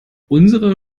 unsere